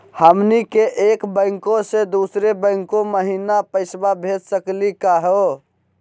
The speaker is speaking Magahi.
हमनी के एक बैंको स दुसरो बैंको महिना पैसवा भेज सकली का हो?